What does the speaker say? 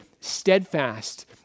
steadfast